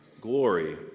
glory